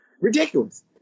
ridiculous